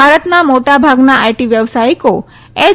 ભારતના મોટા ભાગના આઈટી વ્યવસાયિકો એય